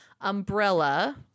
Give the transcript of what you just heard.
umbrella